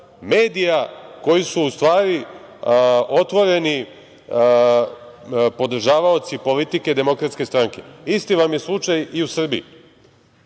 medija koji su, u stvari, otvoreni podržavaoci politike DS. Isti vam je slučaj i u Srbiji.